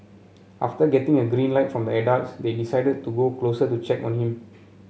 after getting a green light from the adults they decided to go closer to check on him